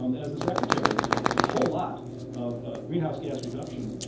um as the secretaries noted, a whole lot of greenhouse gas reduction